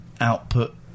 output